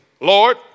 Lord